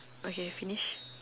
okay finish